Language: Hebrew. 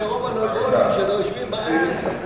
שרוב הנוירונים שלו יושבים ברגל.